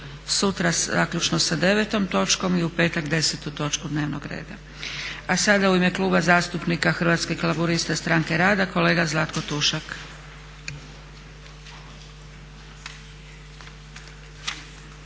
sutra zaključno sa 9 točkom i u petak desetu točku dnevnog reda. A sada u ime Kluba zastupnika Hrvatskih laburista stranke rada kolega Zlatko Tušak.